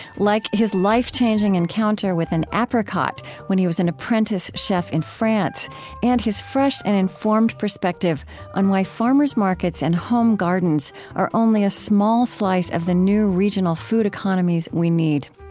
like his life-changing encounter with an apricot when he was an apprentice chef in france and his fresh and informed perspective on why farmers' markets and home gardens are only a small slice of the new regional food economies we need.